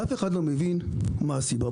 לא מבין מה הסיבה.